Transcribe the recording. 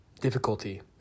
difficulty